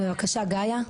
בבקשה גאיה בזום.